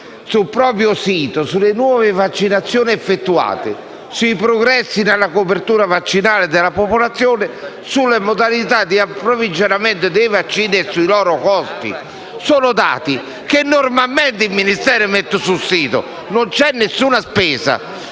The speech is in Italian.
«sul proprio sito, sulle nuove vaccinazioni effettuate, sui progressi nella copertura vaccinale della popolazione, sulle modalità di approvvigionamento dei vaccini e sui loro costi». Sono dati che normalmente il Ministero mette sul sito, non c'è alcuna spesa.